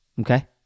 Okay